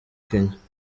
kenya